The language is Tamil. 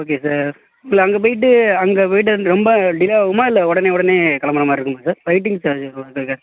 ஓகே சார் இல்லை அங்கே போயிவிட்டு அங்கே போயிவிட்டு அந் ரொம்ப டிலே ஆகுமா இல்லை உடனே உடனே கிளம்புற மாதிரி இருக்குமா சார் வெயிட்டிங் சார்ஜ் போடுறதுக்கு கேட்டேன்